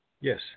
Yes